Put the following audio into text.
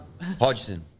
Hodgson